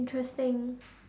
interesting